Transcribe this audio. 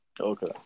Okay